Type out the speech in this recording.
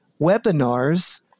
webinars